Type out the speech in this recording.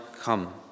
come